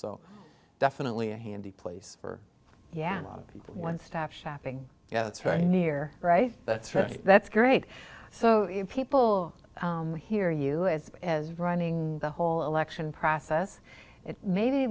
so definitely a handy place for yeah a lot of people one stop shopping yeah that's right near right that's right that's great so if people hear you as as running the whole election process it maybe